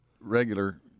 regular